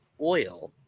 oil